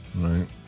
right